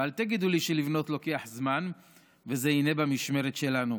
ואל תגידו לי שלבנות לוקח זמן וזה היה במשמרת שלנו.